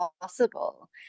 possible